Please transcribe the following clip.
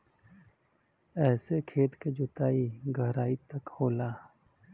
एसे खेत के जोताई गहराई तक होला